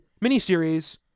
miniseries